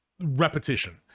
repetition